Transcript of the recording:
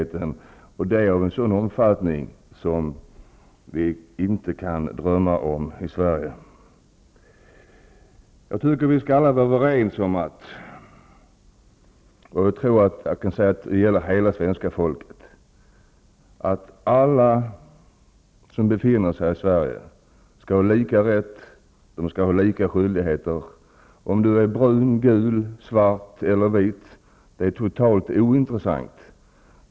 Problemen är i dessa länder av en sådan omfattning att vi i Sverige inte ens kan drömma om dem. Vi borde alla kunna vara överens -- jag tror att det gäller hela svenska folket -- om att alla som befinner sig i Sverige skall ha samma rättigheter och skyldigheter. Om man är brun, gul, svart eller vit är totalt ointressant.